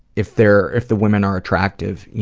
if they're if the women are attractive,